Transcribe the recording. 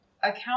account